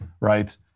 right